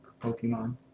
Pokemon